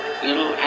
little